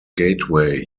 gateway